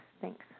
Thanks